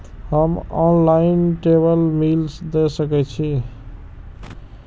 हम ऑनलाईनटेबल बील दे सके छी?